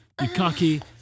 yukaki